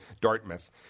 Dartmouth